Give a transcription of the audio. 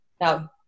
Now